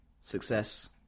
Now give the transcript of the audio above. success